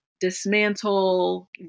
dismantle